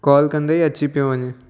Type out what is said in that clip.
call कंदे ई अची पियो वञे